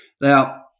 Now